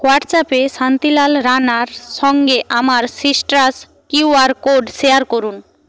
হোয়াটসঅ্যাপে শান্তিলাল রাণার সঙ্গে আমার কিউ আর কোড শেয়ার করুন